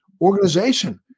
organization